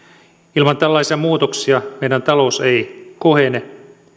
ilman tällaisia muutoksia meidän talous ei kohene